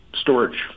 storage